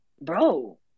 bro